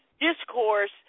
discourse